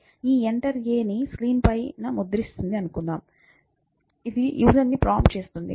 ఇది ఈ enter a ని స్క్రీన్పై ముద్రిస్తుందని అనుకుందాం ఇది యూసర్ ని ప్రాంప్ట్ చేస్తుంది